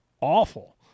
awful